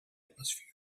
atmosphere